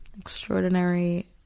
extraordinary